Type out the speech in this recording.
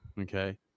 Okay